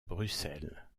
bruxelles